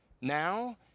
Now